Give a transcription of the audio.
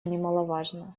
немаловажно